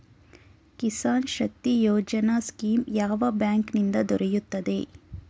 Kisan Shakti Yojana scheme ಯಾವ bank ನಿಂದ ದೊರೆಯುತ್ತದೆ?